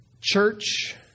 church